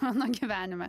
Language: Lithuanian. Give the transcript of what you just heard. mano gyvenime